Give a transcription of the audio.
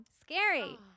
Scary